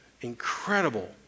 incredible